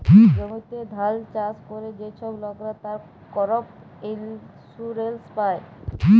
জমিতে ধাল চাষ ক্যরে যে ছব লকরা, তারা করপ ইলসুরেলস পায়